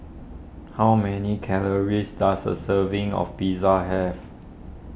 how many calories does a serving of Pizza have